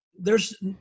theres